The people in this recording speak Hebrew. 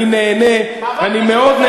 אני נהנה, מאבק נגד גזענות.